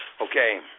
Okay